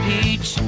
Peach